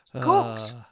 Cooked